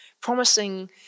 promising